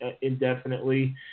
indefinitely